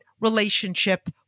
relationship